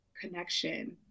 connection